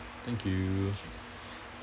thank you